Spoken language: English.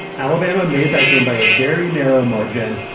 alabama made that game by a very narrow margin,